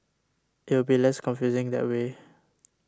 it will be less confusing that way